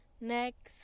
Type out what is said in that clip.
next